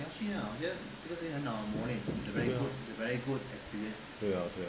对啊对啊对啊